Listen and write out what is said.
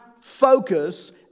focus